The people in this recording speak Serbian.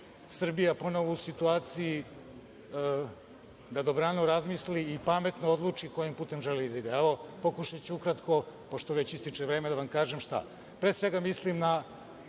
Srbija ponovo u situaciji da dobrano razmisli i pametno odluči kojim putem želi da ide. Evo, pokušaću ukratko, pošto već ističe vreme, da vam kažem šta.